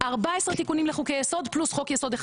14 תיקונים לחוקי יסוד פלוס חוק יסוד אחד